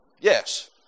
Yes